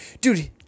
Dude